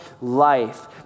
life